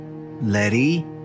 Letty